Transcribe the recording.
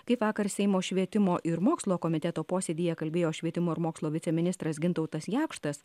kaip vakar seimo švietimo ir mokslo komiteto posėdyje kalbėjo švietimo ir mokslo viceministras gintautas jakštas